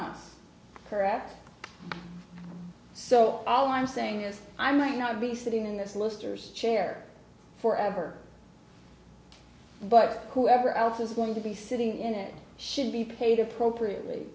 now correct so all i'm saying is i might not be sitting in this luster's chair for ever but whoever else is going to be sitting in it should be paid appropriately